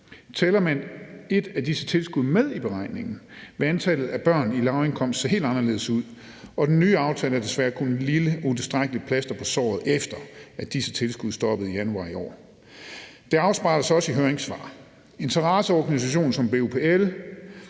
Tæller man et af disse tilskud med i beregningen, vil antallet af børn i lavindkomst se helt anderledes ud, og den nye aftale er desværre kun et lille utilstrækkeligt plaster på såret, efter at disse tilskud stoppede i januar i år. Det afspejler sig også i høringssvar. En interesseorganisation som BUPL,